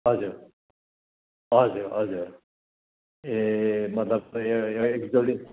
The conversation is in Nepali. हजुर हजुर हजुर ए मतलब ए एक जोडी